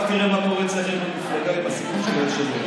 רק תראה מה קורה אצלכם במפלגה עם הסיפור של היושב-ראש.